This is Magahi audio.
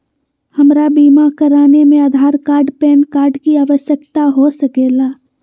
हमरा बीमा कराने में आधार कार्ड पैन कार्ड की आवश्यकता हो सके ला?